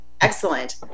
Excellent